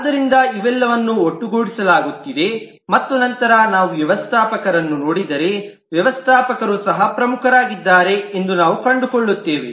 ಆದ್ದರಿಂದ ಇವೆಲ್ಲವನ್ನೂ ಒಟ್ಟುಗೂಡಿಸಲಾಗುತ್ತಿದೆ ಮತ್ತು ನಂತರ ನಾವು ವ್ಯವಸ್ಥಾಪಕರನ್ನು ನೋಡಿದರೆ ವ್ಯವಸ್ಥಾಪಕರು ಸಹ ಪ್ರಮುಖರಾಗಿದ್ದಾರೆ ಎಂದು ನಾವು ಕಂಡುಕೊಳ್ಳುತ್ತೇವೆ